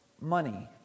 money